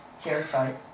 terrified